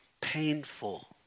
painful